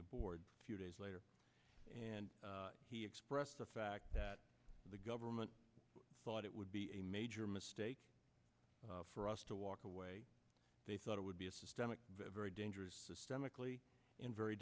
the board a few days later and he expressed the fact that the government thought it would be a major mistake for us to walk away they thought it would be a systemic very dangerous systemically in very